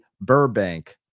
Burbank